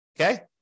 Okay